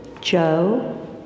Joe